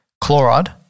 chloride